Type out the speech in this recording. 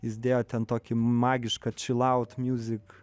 jis dėjo ten tokį magišką čilaut miuzik